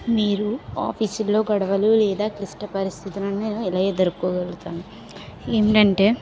మీరు ఆఫీసులో గొడవలు లేదా క్లిష్ట పరిస్థితులను ఎలా ఎదురుకోగలుగుతాను ఏమిటి అంటే